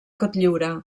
cotlliure